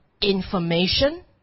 information